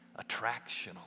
attractional